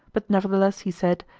but nevertheless he said,